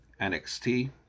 NXT